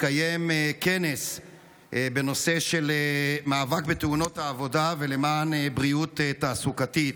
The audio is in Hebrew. התקיים כנס בנושא של המאבק בתאונות העבודה ולמען בריאות תעסוקתית.